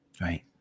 Right